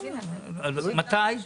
מתי?